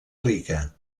rica